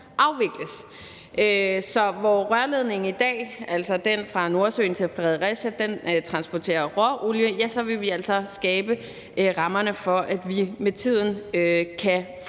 afvikles. Så hvor rørledningen i dag – altså den fra Nordsøen til Fredericia – transporterer råolie, ja, så vil vi altså skabe rammerne for, at vi med tiden kan